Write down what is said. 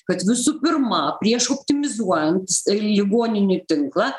kad visų pirma prieš optimizuojant ligoninių tinklą